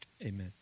amen